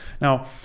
now